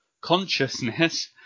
consciousness